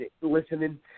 listening